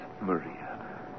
Maria